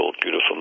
beautiful